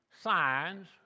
signs